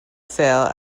sale